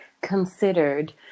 considered